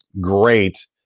great